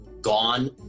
gone